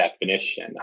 definition